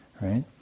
right